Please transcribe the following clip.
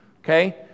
Okay